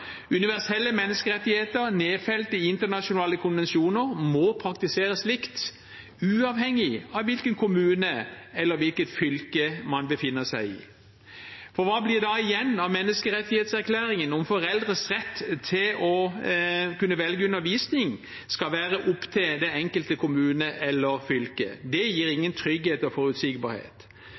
Universelle menneskerettigheter nedfelt i internasjonale konvensjoner må praktiseres likt, uavhengig av hvilken kommune eller hvilket fylke man befinner seg i. For hva blir igjen av menneskerettighetserklæringen om foreldres rett til å kunne velge undervisning skal være opp til den enkelte kommune eller fylket? Det gir ingen trygghet og forutsigbarhet.